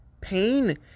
Pain